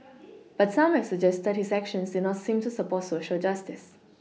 but some have suggested his actions did not seem to support Social justice